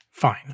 Fine